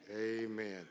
Amen